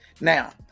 Now